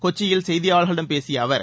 கொச்சியில் செய்தியாளர்களிடம் பேசிய அவர்